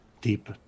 deep